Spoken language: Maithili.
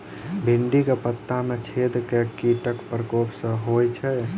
भिन्डी केँ पत्ता मे छेद केँ कीटक प्रकोप सऽ होइ छै?